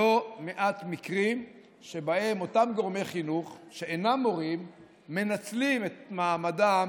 לא מעט מקרים שבהם אותם גורמי חינוך שאינם מורים מנצלים את מעמדם